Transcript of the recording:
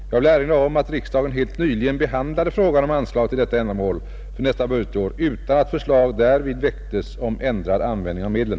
Jag vill erinra om att riksdagen helt nyligen behandlade frågan om anslag till detta ändamål för nästa budgetår utan att förslag därvid väcktes om ändrad användning av medlen,